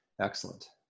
Excellent